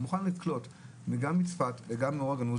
הוא מוכן לקלוט גם מצפת וגם מאור הגנוז.